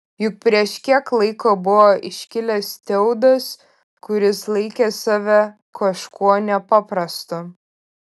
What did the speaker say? juk prieš kiek laiko buvo iškilęs teudas kuris laikė save kažkuo nepaprastu